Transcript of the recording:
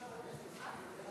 השר, לא